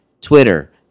Twitter